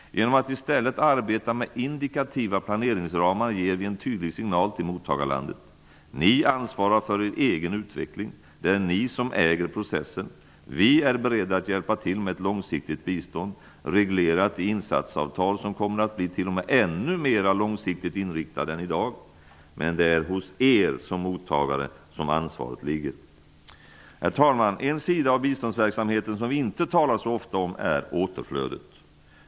Genom att i stället arbeta med indikativa planeringsramar ger vi en tydlig signal till mottagarlandet: Ni ansvarar för er egen utveckling. Det är ni som äger processen. Vi är beredda att hjälpa till med ett långsiktigt bistånd, reglerat i insatsavtal som kommer att bli t.o.m. ännu mera långsiktigt inriktade än i dag. Men det är hos er som mottagare som ansvaret ligger. Herr talman! En sida av biståndsverksamheten som vi inte talar så ofta om är återflödet.